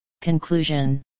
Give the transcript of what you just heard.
Conclusion